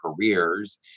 careers